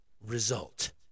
result